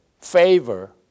favor